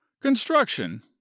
Construction